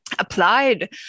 applied